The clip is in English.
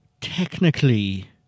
technically